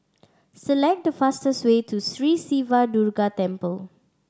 select the fastest way to Sri Siva Durga Temple